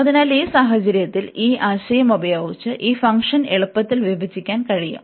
അതിനാൽ ഈ സാഹചര്യത്തിൽ ഈ ആശയം ഉപയോഗിച്ചു ഈ ഫംഗ്ഷൻ എളുപ്പത്തിൽ വിഭജിക്കാൻ കഴിയും